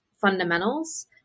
fundamentals